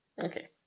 Okay